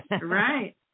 Right